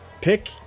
pick